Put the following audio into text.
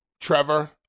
Trevor